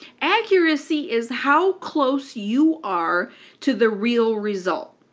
accuracy is how close you are to the real result.